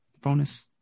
Bonus